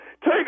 take